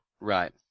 Right